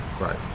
Right